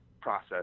process